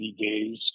days